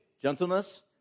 gentleness